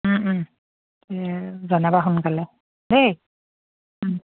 জনাবা সোনকালে দেই